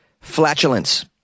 flatulence